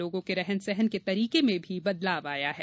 लोगों के रहन सहन के तरीके में भी बदलाव आया है